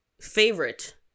favorite